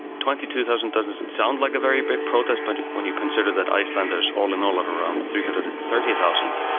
twenty two thousand doesn't and sound like a very big protest but when you consider that icelanders all in all are and around three hundred and thirty thousand,